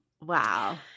Wow